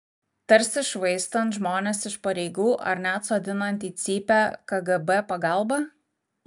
tarsi švaistant žmones iš pareigų ar net sodinant į cypę kgb pagalba